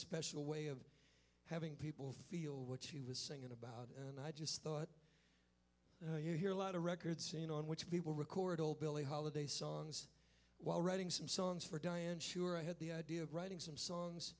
special way of having people feel what she was singing about and i just thought you know you hear a lot of records seen on which people record old billie holiday songs while writing some songs for diane sure i had the idea of writing some songs